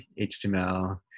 HTML